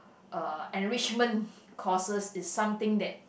uh enrichment courses is something that